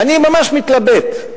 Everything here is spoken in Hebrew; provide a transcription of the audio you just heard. "אני ממש מתלבט.